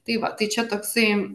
tai va tai čia toksai